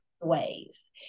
ways